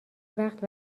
وقت